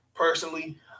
Personally